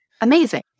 Amazing